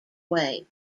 wave